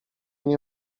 nie